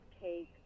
cake